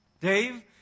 Dave